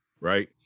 right